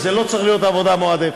וזו לא צריכה להיות עבודה מועדפת.